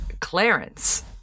Clarence